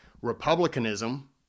republicanism